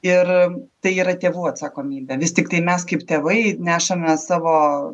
ir tai yra tėvų atsakomybė vis tiktai mes kaip tėvai nešame savo